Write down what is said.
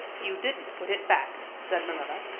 you didn't put it back, said marilla.